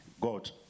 God